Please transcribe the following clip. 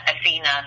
Athena